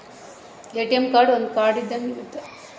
ATM card ಒಂದ್ card ಇದ್ದಂಗೆ ಇರುತ್ತೆ